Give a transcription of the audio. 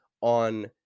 on